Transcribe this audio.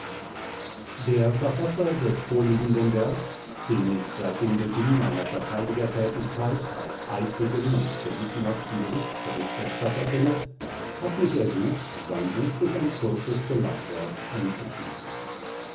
der verfasser des vorliegenden werks den ich seit dem beginn meiner verteidigertätigkeit als eifrigen und gewissenhaften gerichtsberichterstatter kenne hat mich ersucht sein buch durch ein kurzes geleitswort einzuführen